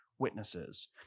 Witnesses